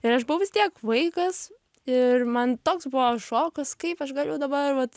ir aš buvau vis tiek vaikas ir man toks buvo šokas kaip aš galiu dabar vat